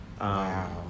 wow